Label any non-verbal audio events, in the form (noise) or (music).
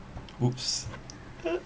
whoops (noise)